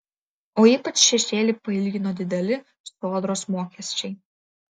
o ypač šešėlį pailgina dideli sodros mokesčiai